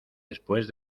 después